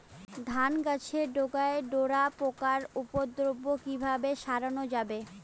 ধান গাছের গোড়ায় ডোরা পোকার উপদ্রব কি দিয়ে সারানো যাবে?